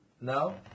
No